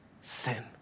sin